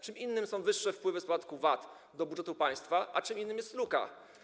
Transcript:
Czym innym są wyższe wpływy z podatku VAT do budżetu państwa, a czym innym jest luka.